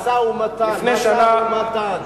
משא-ומתן, תעשו משא-ומתן.